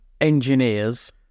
engineers